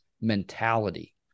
mentality